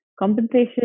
compensation